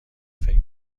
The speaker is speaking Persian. فکر